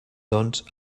doncs